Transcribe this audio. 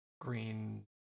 green